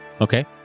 Okay